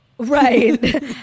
Right